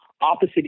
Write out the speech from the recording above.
opposite